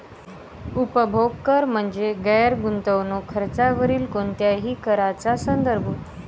उपभोग कर म्हणजे गैर गुंतवणूक खर्चावरील कोणत्याही कराचा संदर्भ